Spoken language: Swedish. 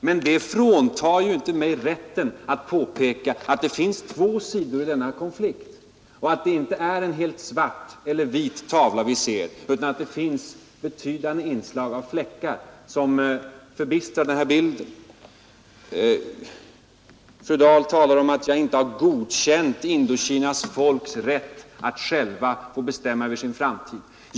Men det fråntar ju inte mig rätten att påpeka att det finns två sidor i denna konflikt och att det inte är en helt svart eller en helt vit tavla vi ser, utan att det finns betydande inslag av fläckar som komplicerar bilden. Fru Dahl talade om att jag inte har godkänt Indokinas folks rätt att själva få bestämma över sin framtid.